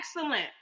excellent